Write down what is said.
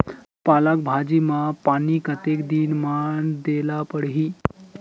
पालक भाजी म पानी कतेक दिन म देला पढ़ही?